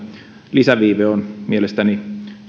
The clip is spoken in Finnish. lisäviive on mielestäni